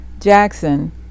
Jackson